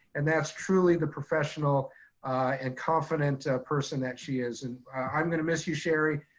and that's truly the professional and confident person that she is. and i'm gonna miss you sherri.